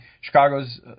Chicago's